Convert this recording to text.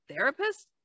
therapist